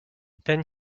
then